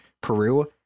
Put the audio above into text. Peru